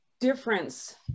difference